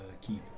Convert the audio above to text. keep